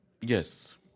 Yes